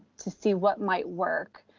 to see what might work.